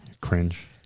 cringe